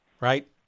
right